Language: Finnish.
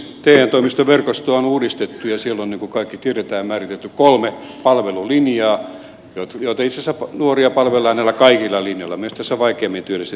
te toimistojen verkostoa on uudistettu ja siellä on niin kuin kaikki tiedämme määritelty kolme palvelulinjaa ja itse asiassa nuoria palvellaan näillä kaikilla linjoilla myös tässä vaikeimmin työllistettävien linjalla